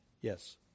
Yes